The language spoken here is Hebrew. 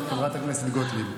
לילה טוב, חברת הכנסת גוטליב.